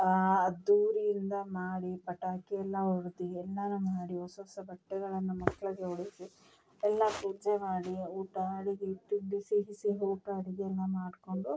ಆ ಅದ್ಧೂರಿಯಿಂದ ಮಾಡಿ ಪಟಾಕಿಯೆಲ್ಲ ಹೊಡ್ದು ಎಲ್ಲಾ ಮಾಡಿ ಹೊಸ ಹೊಸ ಬಟ್ಟೆಗಳನ್ನು ಮಕ್ಕಳಿಗೆ ಉಡಿಸಿ ಎಲ್ಲ ಪೂಜೆ ಮಾಡಿ ಊಟ ಅಡುಗೆ ತಿಂಡಿ ಸಿಹಿ ಸಿಹಿ ಊಟ ಅಡುಗೆಯ ಮಾಡಿಕೊಂಡು